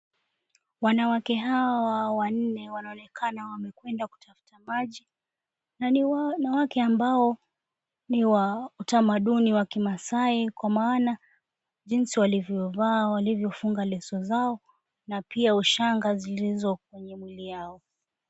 Wanawake hawa wanne wanaonekana wamekwenda kutafuta maji na ni wanawake ambao ni wa utamaduni wa kimaasai kwa maana jinsi walivyovaa, walivyofunga leso zao na pia ushanga zilizo kwenye mwili wao.